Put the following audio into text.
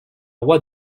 roi